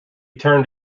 turned